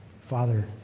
Father